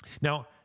Now